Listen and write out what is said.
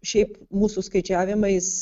šiaip mūsų skaičiavimais